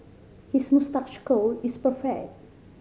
his moustache curl is perfect